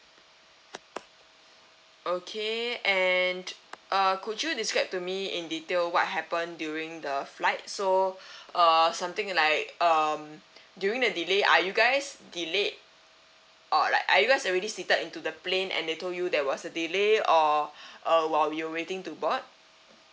okay and uh could you describe to me in detail what happened during the flight so uh something like um during the delay are you guys delayed uh like are you guys already seated into the plane and they told you there was a delay or err while you were waiting to board